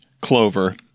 Clover